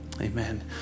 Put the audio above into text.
Amen